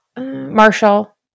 Marshall